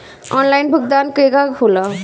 Online भुगतान केगा होला?